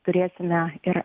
turėsime ir